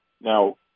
Now